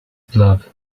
glove